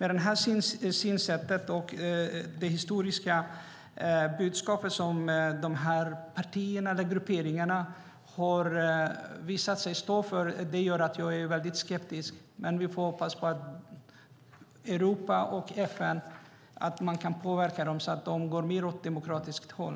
Det här synsättet och det historiska budskapet, som de här partierna eller grupperingarna har visat sig stå för, gör att jag är väldigt skeptisk. Men vi får hoppas på att Europa och FN kan påverka dem så att de går åt ett mer demokratiskt håll.